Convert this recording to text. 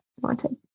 wanted